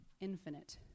infinite